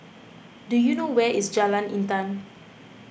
do you know where is Jalan Intan